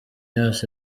yose